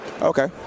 Okay